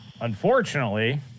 unfortunately